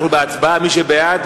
מי שבעד,